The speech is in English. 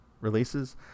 releases